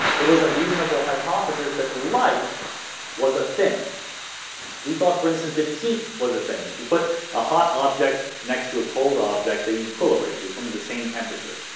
it was a reasonable hypothesis that life was a thing we thought for instance that heat was a thing if you put a hot object next to a cold object they equilibrates they come to the same temperature,